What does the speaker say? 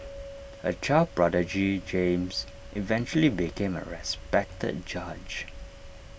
A child prodigy James eventually became A respected judge